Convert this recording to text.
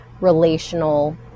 relational